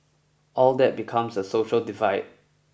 all that becomes a social divide